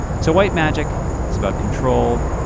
so white magic is about control,